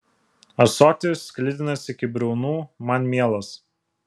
ąsotis sklidinas iki briaunų man mielas